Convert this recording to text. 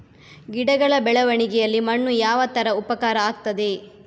ಗಿಡಗಳ ಬೆಳವಣಿಗೆಯಲ್ಲಿ ಮಣ್ಣು ಯಾವ ತರ ಉಪಕಾರ ಆಗ್ತದೆ?